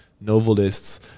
Novelists